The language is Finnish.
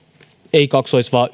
ei kaksois vaan